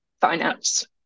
finance